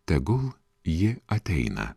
tegul ji ateina